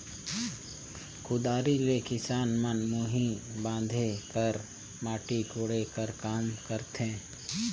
कुदारी ले किसान मन मुही बांधे कर, माटी कोड़े कर काम करथे